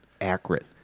Accurate